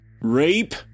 Rape